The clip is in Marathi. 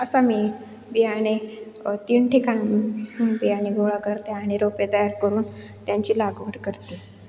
असा मी बियाणे तीन ठिकाणाहून बियाणे गोळा करते आणि रोपे तयार करून त्यांची लागवड करते